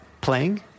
Playing